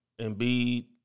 Embiid